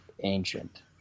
ancient